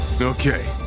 Okay